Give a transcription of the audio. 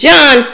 John